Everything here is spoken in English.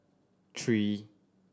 three